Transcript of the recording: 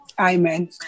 Amen